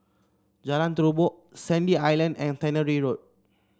Jalan Terubok Sandy Island and Tannery Road